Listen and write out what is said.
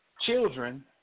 children